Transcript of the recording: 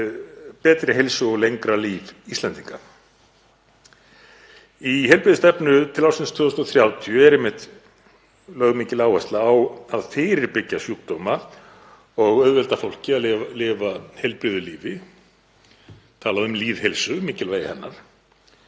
betri heilsu og lengra líf Íslendinga. Í heilbrigðisstefnu til ársins 2030 er einmitt lögð mikil áhersla á að fyrirbyggja sjúkdóma og auðvelda fólki að lifa heilbrigðu lífi, tala um lýðheilsu, mikilvægi hennar.